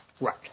Right